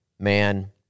Man